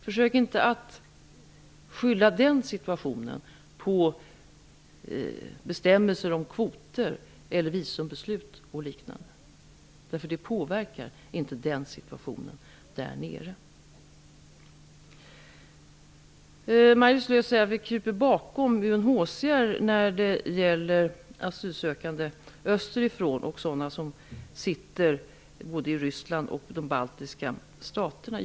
Försök inte att skylla den situationen på bestämmelser om kvoter eller visumbeslut och liknande! Det påverkar inte situationen där nere. Maj-Lis Lööw säger att vi kryper bakom UNHCR när det gäller asylsökande österifrån och sådana som finns i Ryssland och de baltiska staterna.